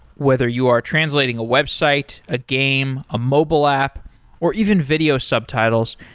whether you are translating a website, a game, a mobile app or even video subtitles,